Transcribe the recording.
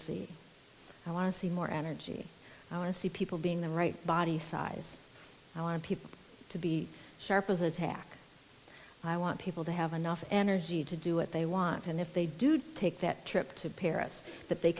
see i want to see more energy i want to see people being the right body size i want people to be sharp as a tack i want people to have enough energy to do what they want and if they do take that trip to paris that they